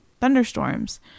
thunderstorms